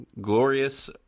glorious